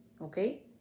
Okay